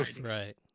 right